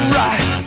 right